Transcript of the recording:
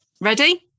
Ready